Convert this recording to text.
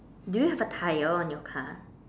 do you have a tire on your car